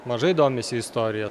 mažai domisi istorija